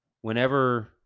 whenever